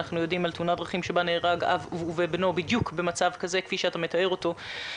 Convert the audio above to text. תאונת דרכים בה נהרגו אב ובנו בדיוק במצב כזה כפי שאתה מתאר אותו.